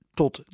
tot